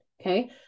okay